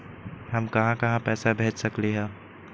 हम कहां कहां पैसा भेज सकली ह?